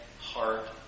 heart